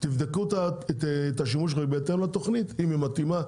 תבדקו את השימוש בהתאם לתוכנית אם היא מתאימה,